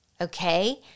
okay